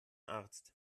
arzt